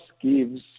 gives